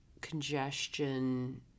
congestion